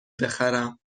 بخرم